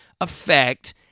effect